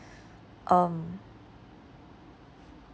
um